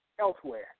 elsewhere